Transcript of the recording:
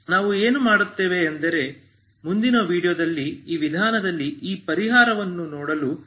ನಾವು ಏನು ಮಾಡುತ್ತೇವೆ ಎಂದರೆ ಮುಂದಿನ ವೀಡಿಯೊದಲ್ಲಿ ಈ ವಿಧಾನದಲ್ಲಿ ಈ ಪರಿಹಾರವನ್ನು ನೋಡಲು ನಾವು ಪ್ರಯತ್ನಿಸುತ್ತೇವೆ